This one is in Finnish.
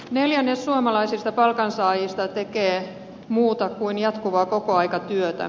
neljännes suomalaisista palkansaajista tekee muuta kuin jatkuvaa kokoaikatyötä